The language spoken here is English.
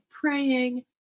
praying